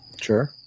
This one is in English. Sure